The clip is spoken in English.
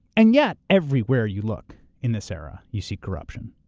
and yet, everywhere you look in this era, you see corruption.